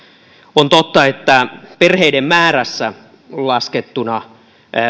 on totta että perheiden määrässä laskettuna